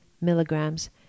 milligrams